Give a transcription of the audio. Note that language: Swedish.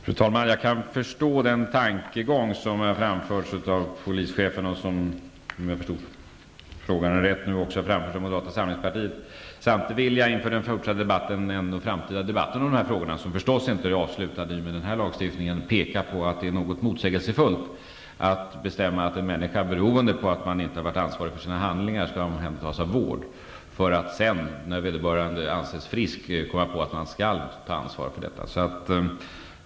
Fru talman! Jag kan förstå den tankegång som här framförts av rikspolischefen och som nu också framförs, om jag förstod saken rätt, av moderata samlingspartiet. Samtidigt vill jag inför den framtida debatten om dessa frågor, som naturligtvis inte är avslutad i och med ändringen av den här lagstiftningen, peka på att det är något motsägelsefullt att först bestämma att en människa skall omhändertas för vård beroende på att han eller hon inte varit ansvarig för sina handlingar för att sedan när vederbörande anses frisk komma på att vederbörande skall ta ansvar för sina handlingar.